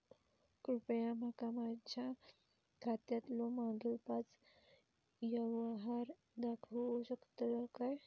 कृपया माका माझ्या खात्यातलो मागील पाच यव्हहार दाखवु शकतय काय?